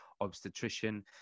obstetrician